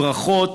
ברכות,